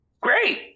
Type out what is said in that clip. Great